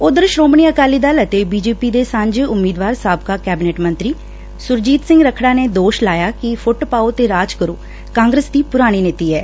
ਉਧਰ ਸ੍ਰੋਮਣੀ ਅਕਾਲੀ ਦਲ ਅਤੇ ਬੀਜੇਪੀ ਸਾਂਝੇ ਉਮੀਦਵਾਰ ਸਾਬਕਾ ਕੈਬਨਿਟ ਮੰਤਰੀ ਸੁਰਜੀਤ ਸਿੰਘ ਰੱਖੜਾ ਨੇ ਦੋਸ਼ ਲਾਇਆ ਕਿ ਫੂੱਟ ਪਾਓ ਤੇ ਰਾਜ ਕਰੋ ਕਾਂਗਰਸ ਦੀ ਪੁਰਾਣੀ ਨੀਤੀ ਐ